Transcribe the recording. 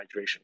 hydration